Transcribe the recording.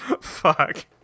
Fuck